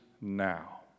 now